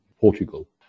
Portugal